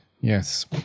Yes